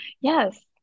Yes